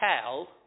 tell